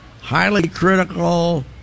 highly-critical